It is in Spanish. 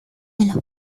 los